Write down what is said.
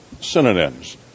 synonyms